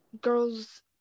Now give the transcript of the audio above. girls